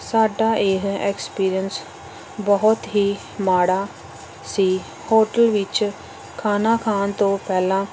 ਸਾਡਾ ਇਹ ਐਕਸਪੀਰੀਐਂਸ ਬਹੁਤ ਹੀ ਮਾੜਾ ਸੀ ਹੋਟਲ ਵਿੱਚ ਖਾਣਾ ਖਾਣ ਤੋਂ ਪਹਿਲਾਂ